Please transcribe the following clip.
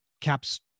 Cap's